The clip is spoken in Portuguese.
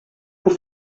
por